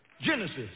Genesis